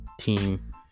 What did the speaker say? team